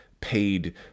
paid